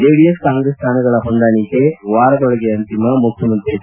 JDS Congress ಸ್ವಾನಗಳ ಹೊಂದಾಣಿಕೆ ವಾರದೊಳಗೆ ಅಂತಿಮ ಮುಖ್ಡಮಂತ್ರಿ ಎಚ್